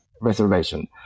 reservation